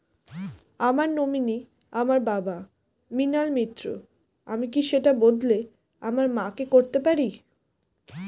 আমার নমিনি আমার বাবা, মৃণাল মিত্র, আমি কি সেটা বদলে আমার মা কে করতে পারি?